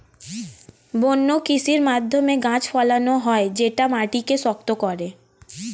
বন্য কৃষির মাধ্যমে গাছ ফলানো হয় যেটা মাটিকে শক্ত করে